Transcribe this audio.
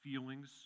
feelings